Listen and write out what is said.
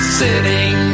sitting